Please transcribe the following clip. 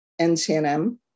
NCNM